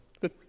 Good